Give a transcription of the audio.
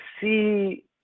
see